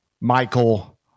Michael